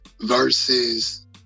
versus